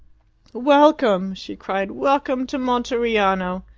welcome! she cried. welcome to monteriano!